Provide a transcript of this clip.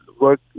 work